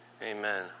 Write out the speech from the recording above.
Amen